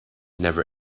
never